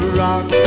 rock